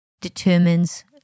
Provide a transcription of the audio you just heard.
determines